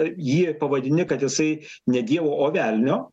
jį pavadini kad jisai ne dievo o velnio